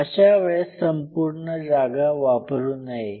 अशा वेळेस संपूर्ण जागा वापरू नये